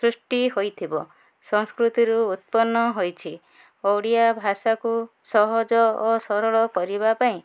ସୃଷ୍ଟି ହୋଇଥିବ ସଂସ୍କୃତିରୁ ଉତ୍ପନ୍ନ ହୋଇଛି ଓଡ଼ିଆ ଭାଷାକୁ ସହଜ ଓ ସରଳ କରିବା ପାଇଁ